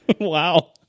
wow